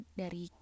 dari